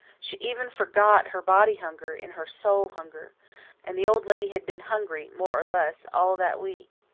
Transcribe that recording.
she even forgot her body hunger in her soul hunger and the old lady had been hungry, more or less, all that week.